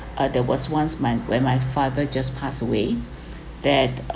uh there was once my when my father just passed away that